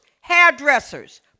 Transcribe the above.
hairdressers